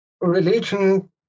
religion